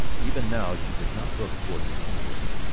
even now she did not look toward her kinswoman.